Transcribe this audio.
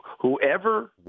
Whoever